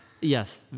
Yes